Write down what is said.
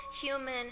human